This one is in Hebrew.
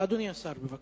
אדוני השר, בבקשה.